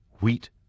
Wheat